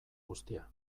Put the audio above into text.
guztia